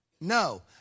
No